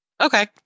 Okay